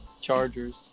Chargers